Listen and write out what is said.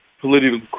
political